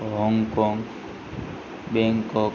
Hong Kong Bangkok